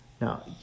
Now